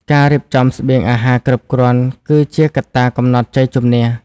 ការរៀបចំស្បៀងអាហារគ្រប់គ្រាន់ គឺជាកត្តាកំណត់ជ័យជម្នះ។